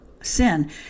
sin